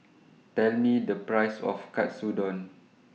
Tell Me The Price of Katsudon